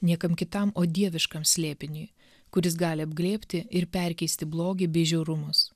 niekam kitam o dieviškam slėpiniui kuris gali apglėbti ir perkeisti blogį bei žiaurumus